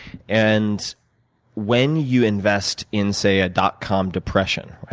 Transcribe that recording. and when you invest in say, a dot com depression,